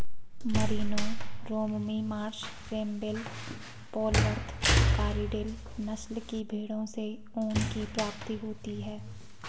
Merino, romney marsh, rambouillet, polwarth, corriedale नस्ल की भेंड़ों से ऊन की प्राप्ति होती है